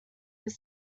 this